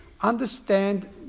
understand